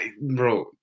Bro